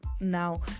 Now